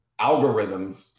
algorithms